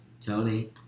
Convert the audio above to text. Tony